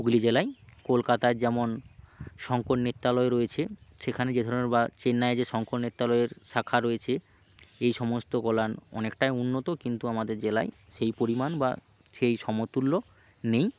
হুগলি জেলায় কলকাতার যেমন শঙ্কর নেত্রালয় রয়েছে সেখানে যে ধরন বা চেন্নাইয়ে যে শঙ্কর নেত্রালয়ের শাখা রয়েছে এই সমস্তগুলা অনেকটাই উন্নত কিন্তু আমাদের জেলায় সেই পরিমাণ বা সেই সমতুল্য নেই